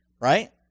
right